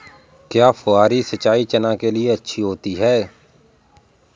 क्या फुहारी सिंचाई चना के लिए अच्छी होती है?